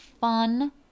fun